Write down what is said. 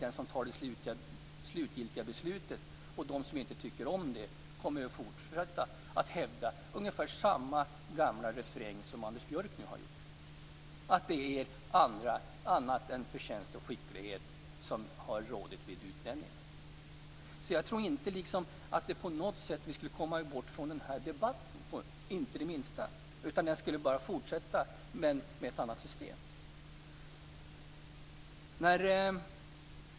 De som inte tycker om det slutgiltiga beslutet kommer att fortsätta att hävda ungefär samma gamla refräng som Anders Björck har gjort, dvs. att det är andra kriterier än förtjänst och skicklighet som har fått råda vid utnämningarna. Jag tror inte att vi kommer att komma bort från den debatten. Den kommer att fortsätta - men på ett annat sätt.